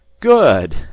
good